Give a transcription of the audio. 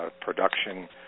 production